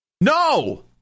No